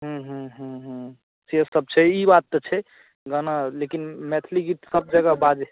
ह्म्म ह्म्म ह्म्म ह्म्म सेसभ छै ई बात तऽ छै गाना लेकिन मैथिली गीत सभजगह बाजै